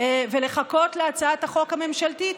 ולחכות להצעת החוק הממשלתית?